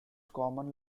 common